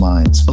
Minds